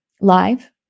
live